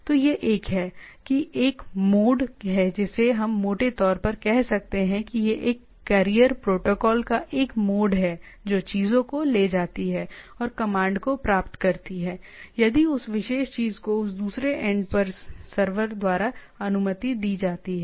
तो यह एक हैI की एक मोड है जिसे हम मोटे तौर पर कह सकते हैं कि यह एक कैरियर प्रोटोकॉल का एक मोड है जो चीजों को ले जाती है और कमांड को प्राप्त करती है संदर्भ समय 2149 यदि उस विशेष चीज को उस विशेष दूसरे एंड सर्वर द्वारा अनुमति दी जाती है